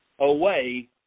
away